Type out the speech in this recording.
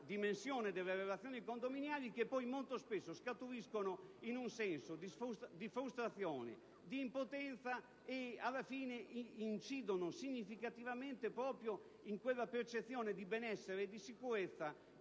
dimensione delle relazioni condominiali, da cui rischiano di scatenare un senso di frustrazione e di impotenza che incidono significativamente proprio su quella percezione di benessere e di sicurezza